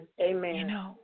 Amen